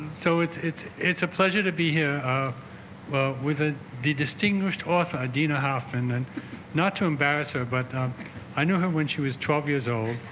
so it's it's it's a pleasure to be here well with a the distinguished author adina hoffman and not to embarrass her but i know how when she was twelve years old